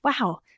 wow